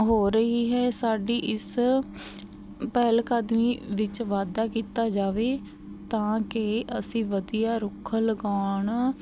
ਹੋ ਰਹੀ ਹੈ ਸਾਡੀ ਇਸ ਪਹਿਲਕਦਮੀ ਵਿੱਚ ਵਾਧਾ ਕੀਤਾ ਜਾਵੇ ਤਾਂ ਕਿ ਅਸੀਂ ਵਧੀਆ ਰੁੱਖ ਲਗਾਉਣ